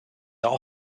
their